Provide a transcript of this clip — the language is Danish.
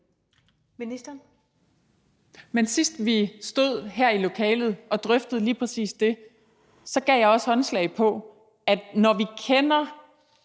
Halsboe-Jørgensen): Sidst vi stod her i lokalet og drøftede lige præcis det, gav jeg også håndslag på, at når vi om bare